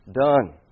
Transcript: done